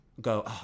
go